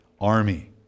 army